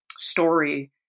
story